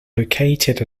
located